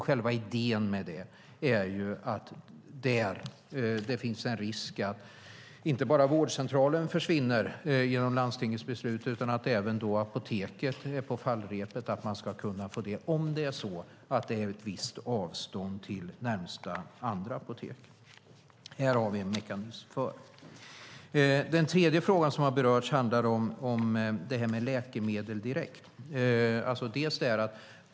Själva idén med det är att där det finns en risk att inte bara vårdcentralen försvinner genom landstingets beslut utan även att apoteket är på fallrepet ska man kunna få detta, om det är ett visst avstånd till närmaste andra apotek. Det här har vi en mekanism för. Den tredje frågan som har berörts handlar om det här med läkemedel direkt.